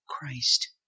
Christ